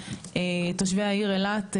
תושבי העיר אילת,